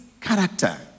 character